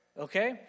Okay